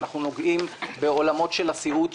אנחנו נוגעים בעולמות של הסיעוד,